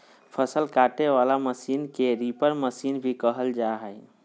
फसल काटे वला मशीन के रीपर मशीन भी कहल जा हइ